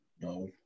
No